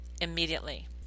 immediately